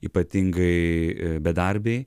ypatingai bedarbiai